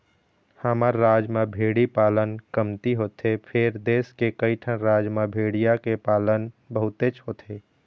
हमर राज म भेड़ी पालन कमती होथे फेर देश के कइठन राज म भेड़िया के पालन बहुतेच होथे